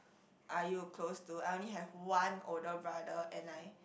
are you close to I only have one older brother and I